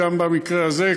גם במקרה הזה,